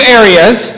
areas